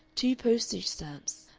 two postage stamps,